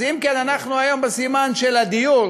אז אם כן, אנחנו היום בסימן של הדיור,